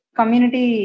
community